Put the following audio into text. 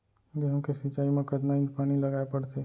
गेहूँ के सिंचाई मा कतना इंच पानी लगाए पड़थे?